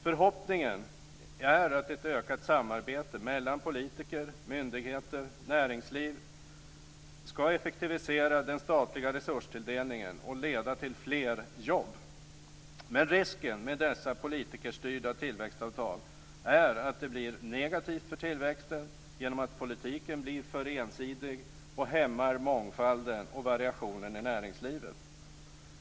Förhoppningen är att ett ökat samarbete mellan politiker, myndigheter och näringsliv ska effektivisera den statliga resurstilldelningen och leda till fler jobb. Men risken med dessa politikerstyrda tillväxtavtal är att det blir negativt för tillväxten genom att politiken blir för ensidig och hämmar mångfalden och variationen i näringslivet.